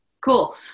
Cool